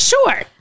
Sure